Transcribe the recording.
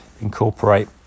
incorporate